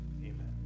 Amen